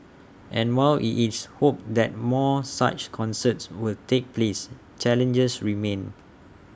and while IT is hoped that more such concerts will take place challenges remain